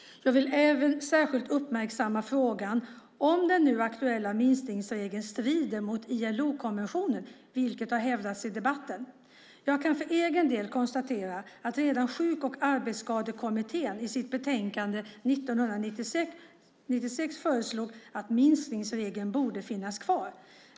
Jag vill även särskilt uppmärksamma frågan om den nu aktuella minskningsregeln strider mot ILO-konventionen, vilket har hävdats i debatten. Jag kan för egen del konstatera att redan Sjuk och arbetsskadekommittén i sitt betänkande 1996 föreslog att minskningsregeln borde finnas kvar.